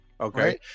Okay